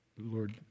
Lord